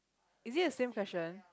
is it same fashion